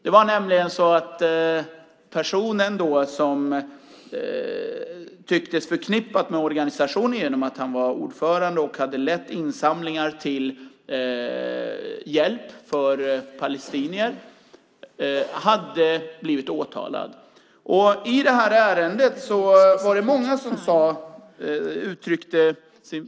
Det var nämligen så att personen som tycktes förknippad med organisationen genom att han var ordförande och hade lett insamlingar till hjälp för palestinier hade blivit åtalad. I det här ärendet var det många som uttryckte sin .